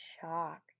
shocked